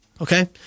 Okay